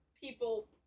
people